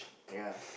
ya